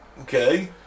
Okay